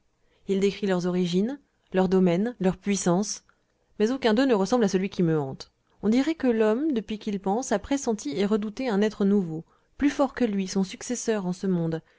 il décrit leurs origines leur domaine leur puissance mais aucun d'eux ne ressemble à celui qui me hante on dirait que l'homme depuis qu'il pense a pressenti et redouté un être nouveau plus fort que lui son successeur en ce monde